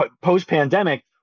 post-pandemic